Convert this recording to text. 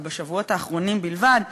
האימא ובשבועות האחרונים בלבד,